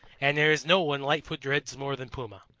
and there is no one lightfoot dreads more than puma.